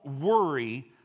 worry